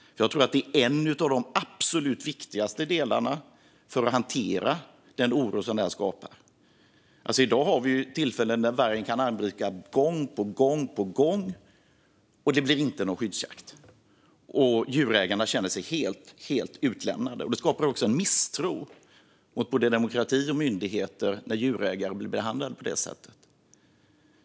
Jag tror att det är en av de absolut viktigaste delarna för att hantera den oro som vargen skapar. I dag har vi tillfällen när vargen kan angripa gång på gång utan att det blir någon skyddsjakt, och djurägarna känner sig helt utlämnade. Det skapar också en misstro mot både demokrati och myndigheter när djurägare blir behandlade på det sättet.